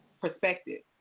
perspective